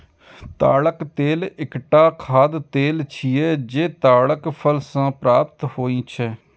ताड़क तेल एकटा खाद्य तेल छियै, जे ताड़क फल सं प्राप्त होइ छै